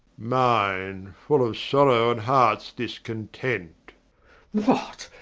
mine full of sorrow, and hearts discontent lew. what?